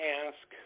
ask